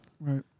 Right